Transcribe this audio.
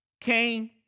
Cain